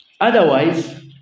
Otherwise